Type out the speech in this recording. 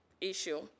issue